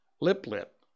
Lip-Lip